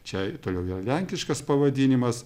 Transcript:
čia toliau jo lenkiškas pavadinimas